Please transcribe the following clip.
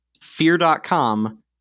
Fear.com